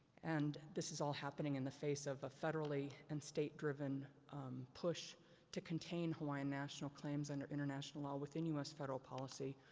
and, this is all happening in the face of a federally and state driven push to contain hawaiian national claims under international law within u s. federal policy.